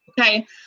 okay